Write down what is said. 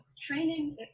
training